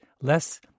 less